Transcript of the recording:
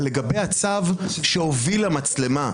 זה לגבי הצו שהוביל למצלמה,